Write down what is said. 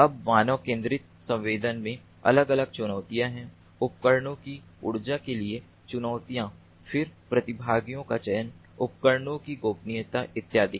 अब मानव केंद्रित संवेदन में अलग अलग चुनौतियाँ हैं उपकरणों की ऊर्जा के लिए चुनौतियाँ फिर प्रतिभागियों का चयन उपयोगकर्ताओं की गोपनीयता इत्यादि